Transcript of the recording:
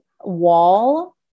wall